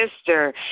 sister